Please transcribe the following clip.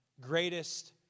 greatest